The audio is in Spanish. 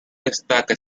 destaca